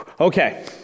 Okay